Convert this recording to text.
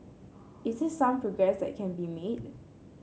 is there some progress that can be made